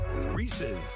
Reese's